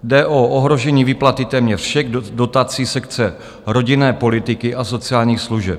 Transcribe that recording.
Jde o ohrožení výplaty téměř všech dotací sekce rodinné politiky a sociálních služeb.